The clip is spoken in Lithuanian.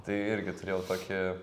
tai irgi turėjau tokį